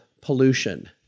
pollution